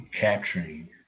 capturing